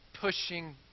pushing